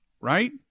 right